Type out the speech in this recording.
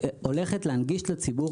אולי נציג רגע את ההצעה.